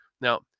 Now